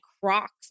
crocs